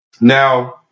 Now